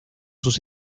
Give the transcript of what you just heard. sus